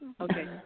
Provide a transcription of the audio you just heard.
Okay